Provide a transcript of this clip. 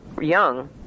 young